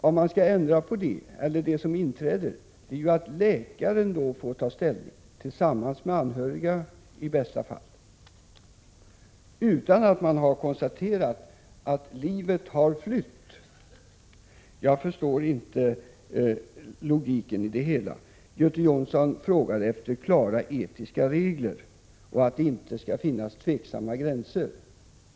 Om vi skall ändra på det innebär det att läkaren får ta ställning, i bästa fall tillsammans med anhöriga, utan att det har konstaterats att livet har flytt. Jag förstår inte logiken i det hela. Göte Jonsson frågade efter klara etiska regler och underströk att det inte skall finnas tveksamma gränser.